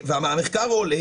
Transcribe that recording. מהמחקר עולה,